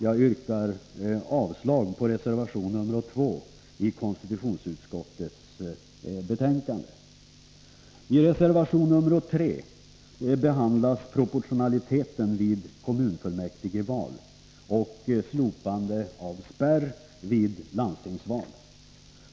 Jag yrkar avslag på reservation 2 i konstitutionsutskottets betänkande. I reservation 3 behandlas frågorna om proportionalitet vid kommunalval och slopande av spärr vid landstingsval.